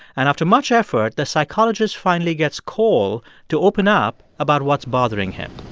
and after much effort, the psychologist finally gets cole to open up about what's bothering him.